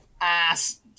ass